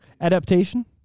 Adaptation